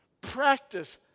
Practice